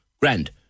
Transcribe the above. grand